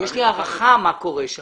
יש לי הערכה לגבי מה שקורה שם.